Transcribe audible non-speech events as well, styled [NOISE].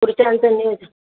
खुर्च्यांचं [UNINTELLIGIBLE]